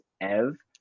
Ev